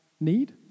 need